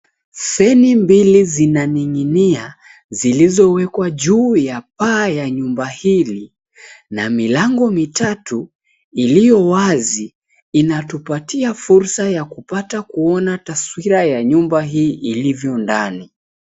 Feni mbili zinang'inia, zilizowekwa juu ya paa ya nyumba hili na milango mitatu iliyowazi inatupatia fursa ya kupata kuona taswira ya nyumba hii ilivyo ndani.